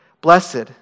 blessed